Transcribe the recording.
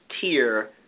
tier